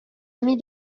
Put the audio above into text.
amie